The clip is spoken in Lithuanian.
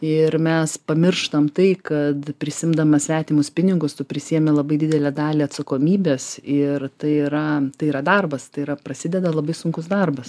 ir mes pamirštam tai kad prisiimdamas svetimus pinigus tu prisiėmi labai didelę dalį atsakomybės ir tai yra tai yra darbas tai yra prasideda labai sunkus darbas